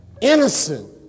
Innocent